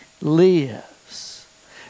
lives